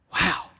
Wow